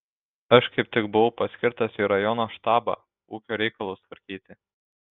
aš kaip tik buvau paskirtas į rajono štabą ūkio reikalus tvarkyti